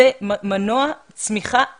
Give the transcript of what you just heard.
זה מנוע צמיחה אדיר,